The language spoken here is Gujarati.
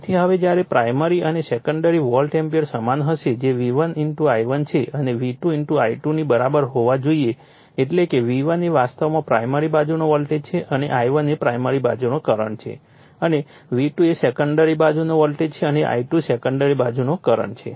તેથી હવે પ્રાઇમરી અને સેકન્ડરી વોલ્ટ એમ્પીયર સમાન હશે જે V1 I1 છે એ V2 I2 ની બરાબર હોવા જોઈએ એટલે કે V1 એ વાસ્તવમાં પ્રાઇમરી બાજુનો વોલ્ટેજ છે અને I1 એ પ્રાઇમરી બાજુનો કરંટ છે અને V2 એ સેકન્ડરી બાજુનો વોલ્ટેજ છે અને I2 સેકન્ડરી બાજુનો કરંટ છે